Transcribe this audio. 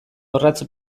orratz